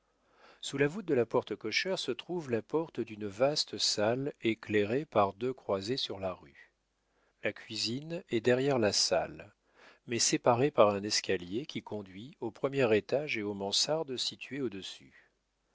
sous la voûte de la porte cochère se trouve la porte d'une vaste salle éclairée par deux croisées sur la rue la cuisine est derrière la salle mais séparée par un escalier qui conduit au premier étage et aux mansardes situées au-dessus